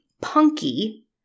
Punky